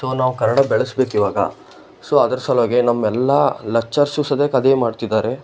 so ನಾವು ಕನ್ನಡ ಬೆಳೆಸ್ಬೇಕು ಇವಾಗ ಸೊ ಅದರ ಸಲುವಾಗಿ ನಮ್ಮೆಲ್ಲಾ ಲೆಕ್ಚರ್ಸು ಸಧ್ಯಕ್ ಅದೇ ಮಾಡ್ತಿದಾರೆ